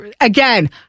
again